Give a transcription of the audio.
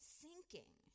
sinking